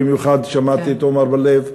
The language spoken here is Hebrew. במיוחד שמעתי את עמר בר-לב.